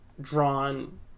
drawn